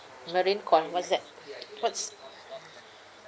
marine con~ what's that what's